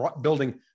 building